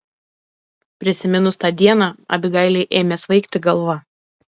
prisiminus tą dieną abigailei ėmė svaigti galva